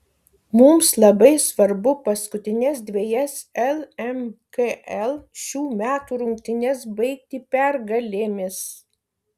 mums labai svarbu paskutines dvejas lmkl šių metų rungtynes baigti pergalėmis